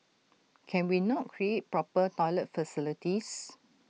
can we not create proper toilet facilities